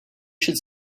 should